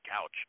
couch